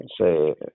say